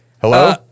hello